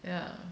yeah